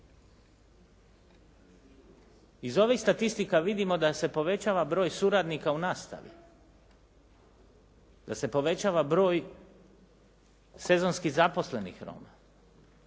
Iz ovih statistika vidimo da se povećava broj suradnika u nastavi, da se povećava broj sezonski zaposlenih Roma